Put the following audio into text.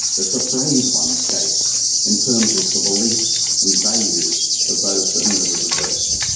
is to phrase one's case in terms of the beliefs and values of those to whom it is addressed.